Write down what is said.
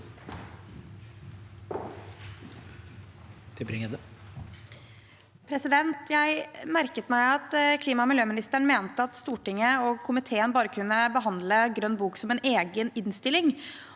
Jeg mer- ket meg at klima- og miljøministeren mente at Stortinget og komiteen bare kunne behandle Grønn bok som en egen innstilling.